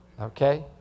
Okay